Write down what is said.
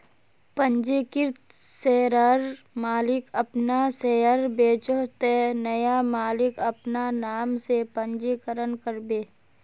पंजीकृत शेयरर मालिक अपना शेयर बेचोह ते नया मालिक अपना नाम से पंजीकरण करबे